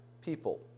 people